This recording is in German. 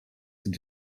sind